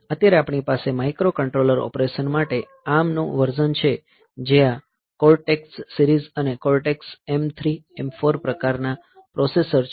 અત્યારે આપણી પાસે માઇક્રોકન્ટ્રોલર ઓપરેશન માટે ARM નું વર્ઝન છે જે આ કોર્ટેક્સ સીરીઝ અને કોર્ટેક્સ m 3 m 4 પ્રકાર ના પ્રોસેસર્સ છે